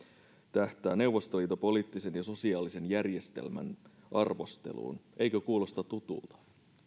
tähtää neuvostoliiton poliittisen ja sosiaalisen järjestelmän arvosteluun eikö kuulosta tutulta